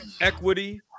equity